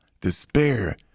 despair